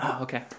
okay